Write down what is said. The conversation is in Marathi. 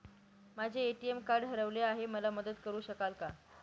माझे ए.टी.एम कार्ड हरवले आहे, मला मदत करु शकाल का?